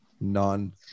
non